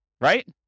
Right